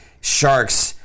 shark's